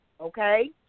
okay